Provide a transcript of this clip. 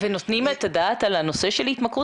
ונותנים את הדעת על הנושא של התמכרות,